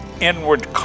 inward